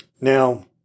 Now